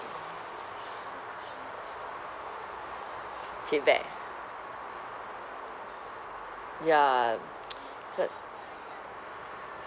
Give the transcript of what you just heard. feedback ya got